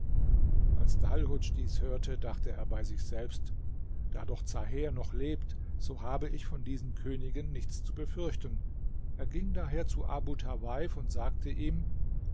als dalhudsch dies hörte dachte er bei sich selbst da doch zaher noch lebt so habe ich von diesen königen nichts zu befürchten er ging daher zu abu tawaif und sagte ihm